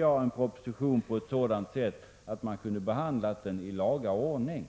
fram en proposition så, att den hade kunnat behandlas i laga ordning.